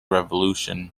revolution